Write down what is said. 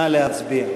נא להצביע.